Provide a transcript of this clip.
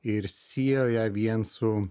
ir siejo ją vien su